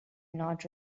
not